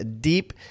deep